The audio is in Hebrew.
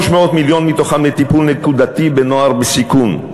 300 מיליון מתוכם לטיפול נקודתי בנוער בסיכון,